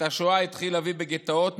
את השואה התחיל אבי בגטאות,